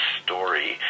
story